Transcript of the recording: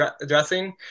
addressing